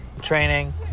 training